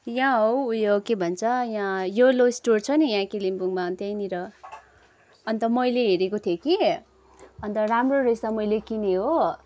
यहाँ हौ ऊ यो के भन्छ यहाँ येलो स्टोर छ नि यहाँ कालिम्पोङमा त्यहीँनिर अन्त मैले हेरेको थिएँ कि अन्त राम्रो रहेछ मैले किने हो